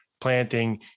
planting